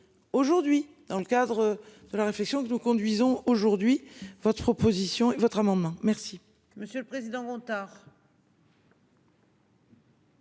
Aujourd'hui dans le cadre de la réflexion que nous conduisons aujourd'hui. Votre proposition est votre amendement. Merci